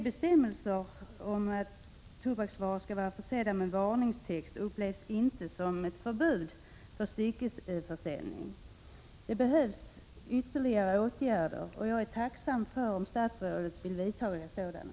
Bestämmelserna om att tobaksvaror skall vara försedda med varningstext upplevs inte som ett förbud mot styckevis försäljning. Det behövs ytterligare åtgärder, och jag är tacksam om statsrådet vill vidta sådana.